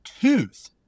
tooth